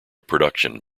production